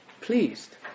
pleased